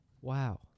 Wow